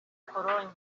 pologne